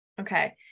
Okay